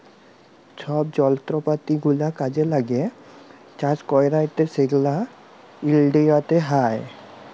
ছব যলত্রপাতি গুলা কাজে ল্যাগে চাষ ক্যইরতে সেগলা ইলডিয়াতে হ্যয়